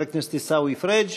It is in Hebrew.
חבר הכנסת עיסאווי פריג'